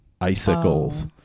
icicles